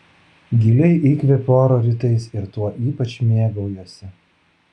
giliai įkvepiu oro rytais ir tuo ypač mėgaujuosi